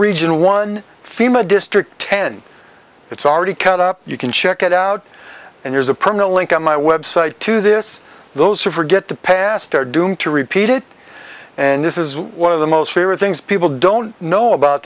region one fema district ten it's already cut up you can check it out and there's a permanent link on my website to this those who forget the past are doomed to repeat it and this is one of the most fair things people don't know about